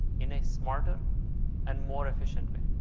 in a smarter and more efficient way.